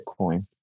Bitcoin